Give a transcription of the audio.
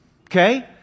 okay